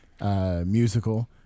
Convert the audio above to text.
Musical